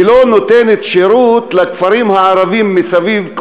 ולא נותנת שירות לכפרים הערביים מסביב,